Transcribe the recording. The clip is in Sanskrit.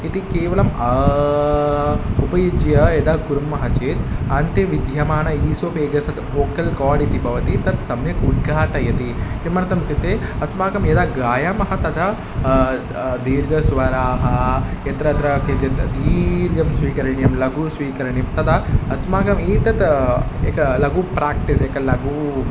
इति केवलम् अ उपयुज्य यदा कुर्मः चेत् अन्ते विदयमानः ईसोपेगस् ओकल् कार्ड किमर्थम् इत्युक्ते भवति तत् सम्यक् उद्घाटयति किम् इत्युक्ते अस्माकं यदा गायामः तदा दीर्घस्वराः यत्रात्र केचित् दीर्घं स्वीकरणीयं लघुः स्वीकरणीयं तदा अस्माकम् एतत् एकं लघुः प्राक्टीस् एकं लघुः